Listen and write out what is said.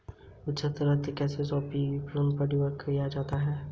उच्च दक्षता वाले सौर पी.वी मॉड्यूल पर राष्ट्रीय कार्यक्रम का परिव्यय क्या है?